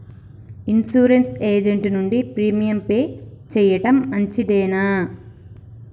Insurance agent నుండి premium pay చేయడం మంచిదేనా?